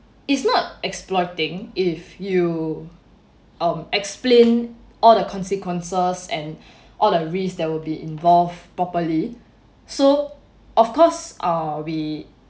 it's not exploiting if you um explain all the consequences and all the risks that will be involved properly so of course are we